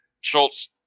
Schultz